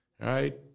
right